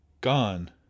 Gone